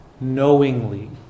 knowingly